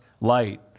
light